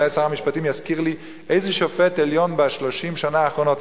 אולי שר המשפטים יזכיר לי איזה שופט עליון ב-30 שנה האחרונות,